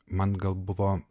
man gal buvo